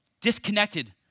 disconnected